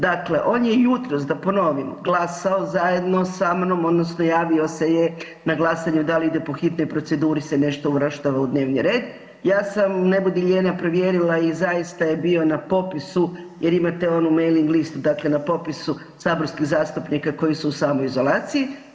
Dakle, on je jutros da ponovim glasao zajedno sa mnom odnosno javio se je na glasanje da li ide po hitnoj proceduri se nešto uvrštava u dnevni red, ja sam ne budi lijena provjerila i zaista je bio na popisu jer imate onu mailing listu, dakle na popisu saborskih zastupnika koji su u samoizolaciji.